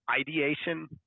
ideation